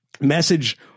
message